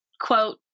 quote